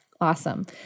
awesome